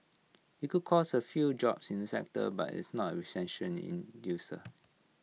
IT could cost A few jobs in the sector but it's not A recession inducer